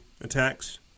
attacks